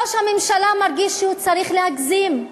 ראש הממשלה מרגיש שהוא צריך להגזים.